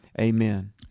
amen